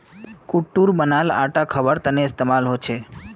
कुट्टूर बनाल आटा खवार तने इस्तेमाल होचे